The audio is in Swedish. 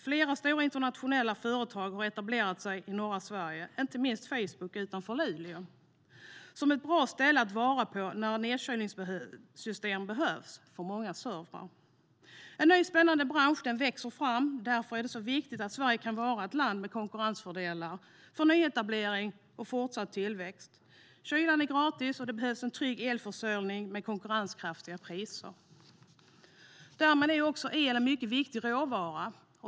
Flera stora internationella företag har etablerat sig i norra Sverige, inte minst Facebook som etablerat sig utanför Luleå. Det är ett bra ställe att vara på när nedkylningssystem för många servrar behövs. En ny spännande bransch växer fram. Därför är det viktigt att Sverige kan vara ett land med konkurrensfördelar för nyetablering och fortsatt tillväxt. Kylan är gratis, och det behövs trygg elförsörjning med konkurrenskraftiga priser. El är därmed en mycket viktig råvara.